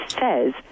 says